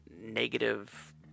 negative